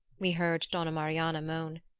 we heard donna marianna moan.